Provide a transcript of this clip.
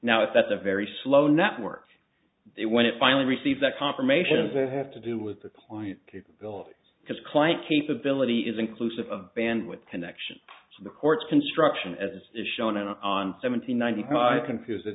now if that's a very slow network it when it finally received that confirmation of it have to do with the client capability because client capability is inclusive of bandwidth connections so the courts construction as shown on seventeen ninety five confuse it